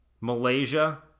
Malaysia